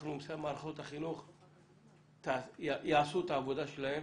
מערכות החינוך יעשו את העבודה שלהן